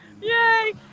yay